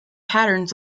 patterns